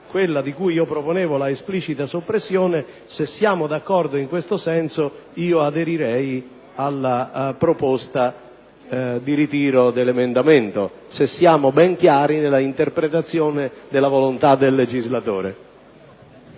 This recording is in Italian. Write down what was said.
quella di cui io proponevo la espressa abrogazione, se siamo d'accordo in questo senso, io aderisco alla proposta di ritiro dell'emendamento. Dobbiamo, però, essere ben chiari nella interpretazione della volontà del legislatore.